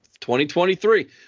2023